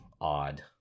odd